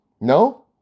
No